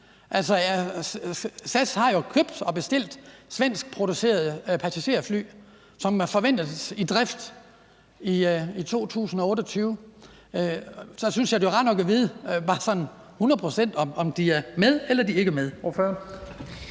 SAS har jo købt og bestilt svenskproducerede passagerfly, som forventes i drift i 2028. Så synes jeg, det var rart nok at vide bare sådan hundrede